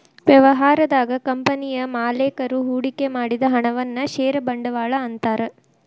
ವ್ಯವಹಾರದಾಗ ಕಂಪನಿಯ ಮಾಲೇಕರು ಹೂಡಿಕೆ ಮಾಡಿದ ಹಣವನ್ನ ಷೇರ ಬಂಡವಾಳ ಅಂತಾರ